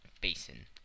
Basin